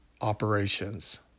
operations